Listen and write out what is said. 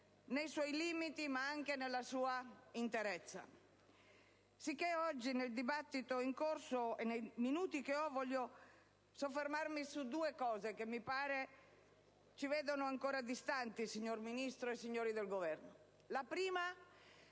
nei suoi limiti ma anche nella sua interezza. Sicché oggi nel dibattito in corso, nei minuti che ho a disposizione, desidero soffermarmi su due aspetti che mi pare ci vedano ancora distanti, signor Ministro e signori del Governo. Il primo